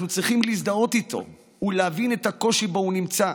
אנחנו צריכים להזדהות איתו ולהבין את הקושי שבו הוא נמצא.